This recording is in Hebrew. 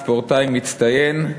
ספורטאי מצטיין,